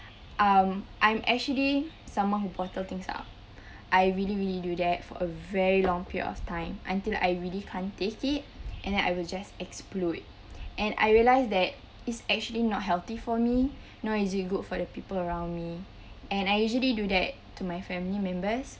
um I'm actually someone who bottle things up I really really do that for a very long period of time until I really can't take it and then I will just explode and I realise that it's actually not healthy for me nor is it good for the people around me and I usually do that to my family members